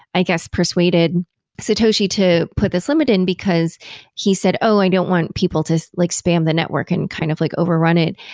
i guess persuaded satoshi to put this limit in, because he said, oh, i don't want people to like spam the network and kind of like overrun it.